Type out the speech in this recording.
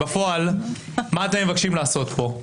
בפועל, מה אתם מבקשים לעשות פה?